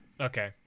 Okay